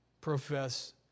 profess